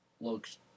looks